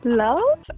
love